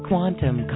Quantum